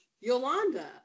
Yolanda